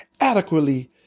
adequately